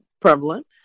prevalent